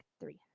three